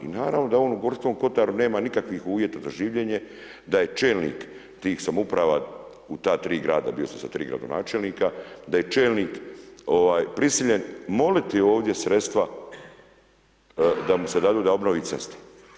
Naravno da on u Gorskom kotaru nema nikakvih uvjeta za življenje, da je čelnik tih samouprava u ta 3 grada, bio sam sa 3 gradonačelnika, da je čelnik prisiljen moliti ovdje sredstva, da mu se daju da ovnovi ceste.